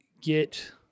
get